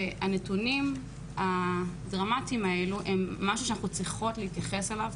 הנתונים הדרמטיים האלה זה משהו שאנחנו צריכים להתייחס אליו,